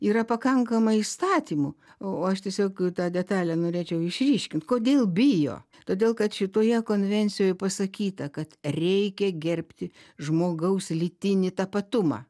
yra pakankamai įstatymų o aš tiesiog tą detalę norėčiau išryškint kodėl bijo todėl kad šitoje konvencijoj pasakyta kad reikia gerbti žmogaus lytinį tapatumą